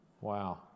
wow